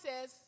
says